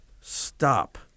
stop